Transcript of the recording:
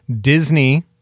Disney